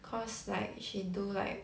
cause like she do like